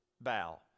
bow